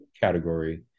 category